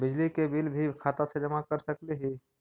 बिजली के बिल भी खाता से जमा कर सकली ही?